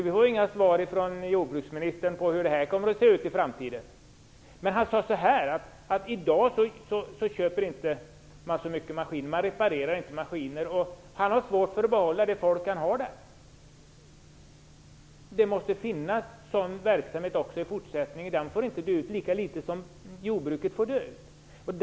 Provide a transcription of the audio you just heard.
Vi får inga svar från jordbruksministern på frågan hur det här kommer att se ut i framtiden. Han sade också att man inte köper så många maskiner i dag och att man inte reparerar maskiner. Han har svårt att behålla sina anställda. Det måste finnas även sådan verksamhet i fortsättningen. Den får inte dö ut, lika litet som jordbruket får dö ut.